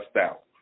out